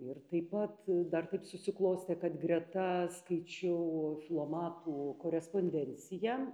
ir taip pat dar taip susiklostė kad greta skaičiau filomatų korespondenciją